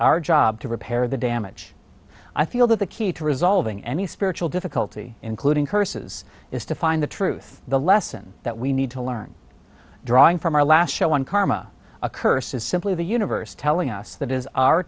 our job to repair the damage i feel that the key to resolving any spiritual difficulty including curses is to find the truth the lesson that we need to learn drawing from our last show on karma a curse is simply the universe telling us that is our